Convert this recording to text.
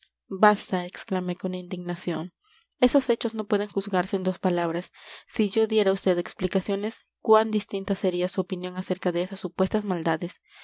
basta exclamé con indignación esos hechos no pueden juzgarse en dos palabras si yo diera a vd explicaciones cuán distinta sería su opinión acerca de esas supuestas maldades